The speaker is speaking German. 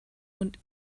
und